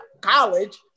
college